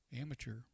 amateur